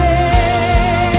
day